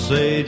Say